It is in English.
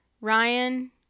Ryan